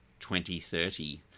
2030